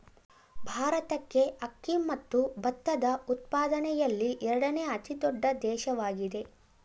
ಭಾರತಕ್ಕೆ ಅಕ್ಕಿ ಮತ್ತು ಭತ್ತದ ಉತ್ಪಾದನೆಯಲ್ಲಿ ಎರಡನೇ ಅತಿ ದೊಡ್ಡ ದೇಶವಾಗಿದೆ